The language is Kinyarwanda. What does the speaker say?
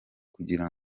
kugira